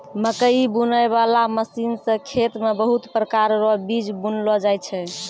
मकैइ बुनै बाला मशीन से खेत मे बहुत प्रकार रो बीज बुनलो जाय छै